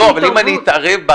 אם אני אתערב,